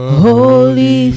holy